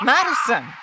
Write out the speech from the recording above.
Madison